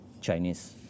Chinese